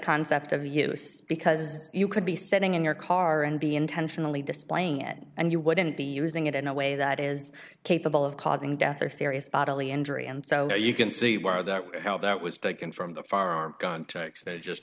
concept of use because you could be sitting in your car and be intentionally displaying it and you wouldn't be using it in a way that is capable of causing death or serious bodily injury and so you can see where that how that was taken from the